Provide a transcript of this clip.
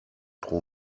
pro